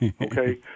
okay